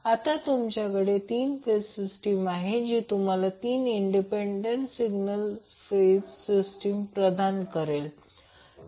तर आता तुमच्याकडे 3 फेज सिस्टीम आहे जी तुम्हाला 3 इंडिपेंडेंट सिंगल फेज सिस्टीम प्रदान करेल